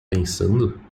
pensando